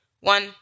One